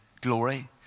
glory